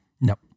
Nope